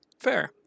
fair